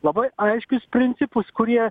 labai aiškius principus kurie